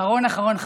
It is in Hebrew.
אחרון-אחרון חביב.